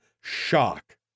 shock